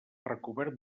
recobert